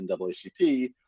NAACP